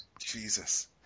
Jesus